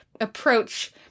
approach